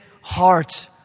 heart